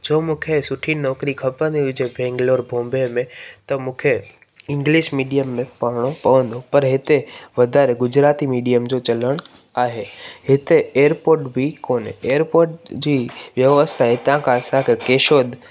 छो मूंखे सुठी नौकरी खपंदी हुई जे बेंगलोर बॉम्बे में त मूंखे इंग्लिश मीडियम में पढ़णो पवंदो पर हिते वधारे गुजराती मीडियम जो चलणु आहे हिते एरपोट बि कोन्हे एरपोट जी व्यवस्था हितां खां असांखे केशोद